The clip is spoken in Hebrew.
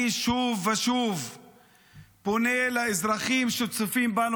אני שוב ושוב פונה לאזרחים שצופים בנו